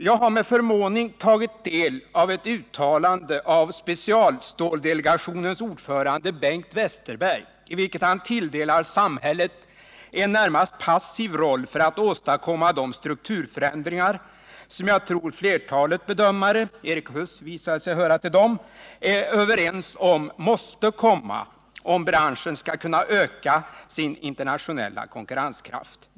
Jag har med förvåning tagit del av ett uttalande av specialstålsdelegationens ordförande Bengt Westerberg i vilket han tilldelar samhället en närmast passiv roll när det gäller att åstadkomma de strukturförändringar som jag tror att flertalet bedömare — Erik Huss visar sig höra till dem — är överens om måste komma, om branschen skall kunna öka sin internationella konkurrenskraft.